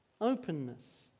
Openness